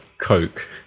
Coke